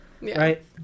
right